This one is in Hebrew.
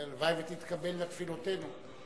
הלוואי שתתקבלנה תפילותינו.